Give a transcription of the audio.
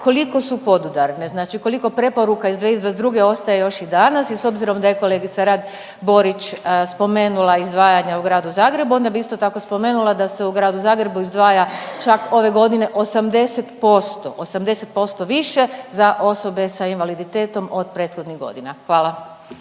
koliko su podudarne, znači koliko preporuka iz 2022. ostaje još i danas? I s obzirom da je kolegica Borić spomenula izdvajanja u Gradu Zagrebu onda bi isto tako spomenula da se u Gradu Zagrebu izdvaja čak ove godine 80%, 80% više za osobe s invaliditetom od prethodnih godina. Hvala.